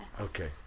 Okay